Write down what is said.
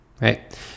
Right